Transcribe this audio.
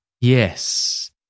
Yes